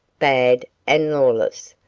bad and lawless,